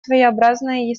своеобразная